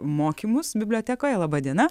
mokymus bibliotekoje laba diena